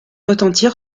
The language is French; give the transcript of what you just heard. retentir